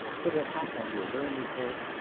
put a hat on your learned head,